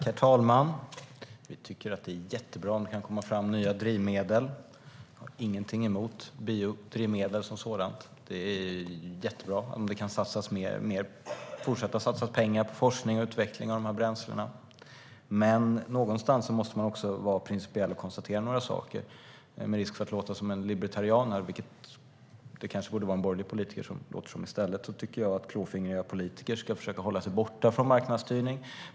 Herr talman! Jag tycker att det är jättebra om det kan komma fram nya drivmedel. Jag har ingenting emot biodrivmedel som sådant. Det är jättebra om det kan satsas mer, att man fortsätter att satsa pengar på forskning och utveckling av dessa bränslen. Men någonstans måste man också konstatera några principiella saker. Med risk för att låta som en libertarian, vilket en borgerlig politiker borde låta som, tycker jag att klåfingriga politiker ska hålla sig borta från marknadsstyrning.